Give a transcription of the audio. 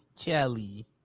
Kelly